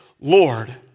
Lord